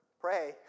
pray